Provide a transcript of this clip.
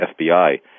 FBI